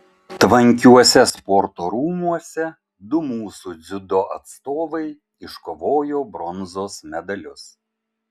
tvankiuose sporto rūmuose du mūsų dziudo atstovai iškovojo bronzos medalius